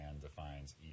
defines